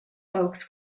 folks